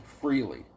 freely